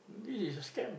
this is a scam